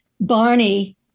Barney